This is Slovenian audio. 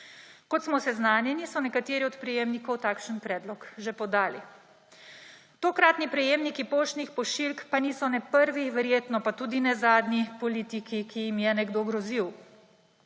Kot smo seznanjeni, so nekateri od prejemnikov takšen predlog že podali. Tokratni prejemniki poštnih pošiljk pa niso prvi, verjetno pa tudi ne zadnji politiki, ki jim je nekdo grozil.